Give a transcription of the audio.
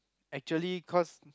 actually cause